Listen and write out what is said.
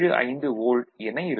75 volt என இருக்கும்